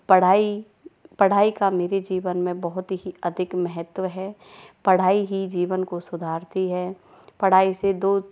पढ़ाई पढ़ाई का मेरे जीवन में बहुत ही अधिक महत्व है पढ़ाई ही जीवन को सुधारती है पढ़ाई से दो